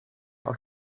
auf